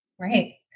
Right